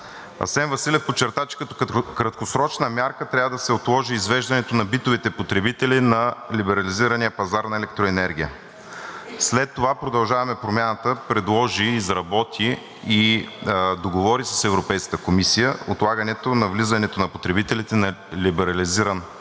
Асен Василев подчерта, че като краткосрочна мярка трябва да се отложи извеждането на битовите потребители на либерализирания пазар на електроенергия. След това „Продължаваме Промяната“ предложи, изработи и договори с Европейската комисия отлагане на излизането на потребителите на либерализирания